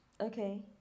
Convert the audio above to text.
Okay